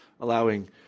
allowing